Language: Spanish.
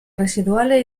residuales